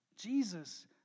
Jesus